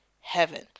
heaven